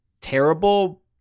terrible